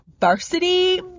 Varsity